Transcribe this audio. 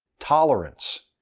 tolerance,